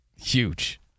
Huge